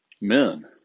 men